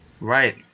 Right